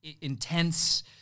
intense